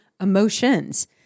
emotions